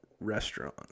Restaurant